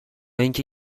اینکه